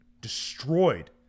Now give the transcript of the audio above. destroyed